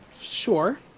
Sure